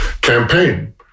campaign